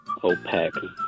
OPEC